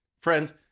Friends